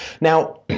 Now